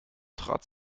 trat